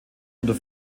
unter